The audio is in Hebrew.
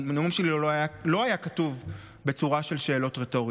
הנאום שלי לא היה כתוב בצורה של שאלות רטוריות.